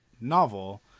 novel